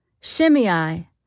Shimei